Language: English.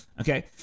okay